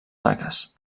taques